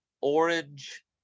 orange